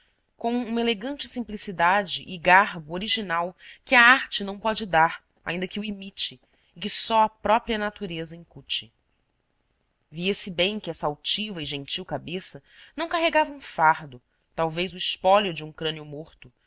com uma elegante simplicidade e garbo original que a arte não pode dar ainda que o imite e que só a própria natureza incute via-se bem que essa altiva e gentil cabeça não carregava um fardo talvez o espólio de um crânio morto